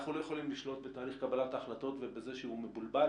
אנחנו לא יכולים לשלוט בתהליך קבלת החלטות ובזה שהוא מבולבל.